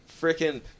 freaking